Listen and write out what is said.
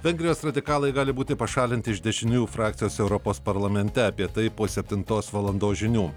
vengrijos radikalai gali būti pašalinti iš dešiniųjų frakcijos europos parlamente apie tai po septintos valandos žinių